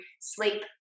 sleep